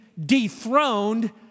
dethroned